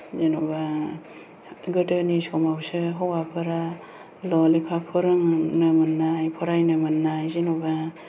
जेन'बा गोदोनि समावसो हौवफोराल' लेखा फोरोंनो मोननाय फरायनो मोननाय जेनबा